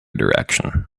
direction